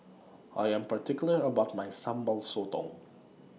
I Am particular about My Sambal Sotong